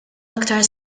iktar